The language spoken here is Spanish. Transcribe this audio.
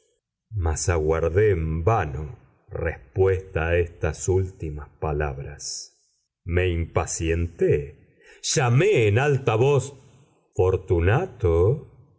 mas aguardé en vano respuesta a estas últimas palabras me impacienté llamé en alta voz fortunato